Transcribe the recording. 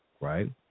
right